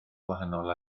gwahanol